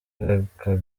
yashakanye